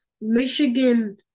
Michigan